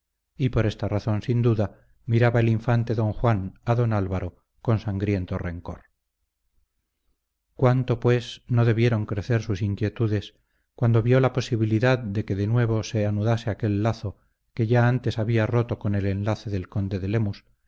y por esta razón sin duda miraba el infante don juan a don álvaro con sangriento rencor cuánto pues no debieron crecer sus inquietudes cuando vio la posibilidad de que de nuevo se anudase aquel lazo que ya antes había roto con el enlace del conde de lemus